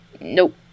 nope